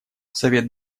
совет